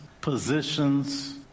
positions